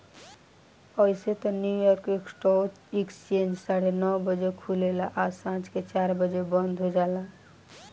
अइसे त New York stock exchange साढ़े नौ बजे खुलेला आ सांझ के चार बजे बंद हो जाला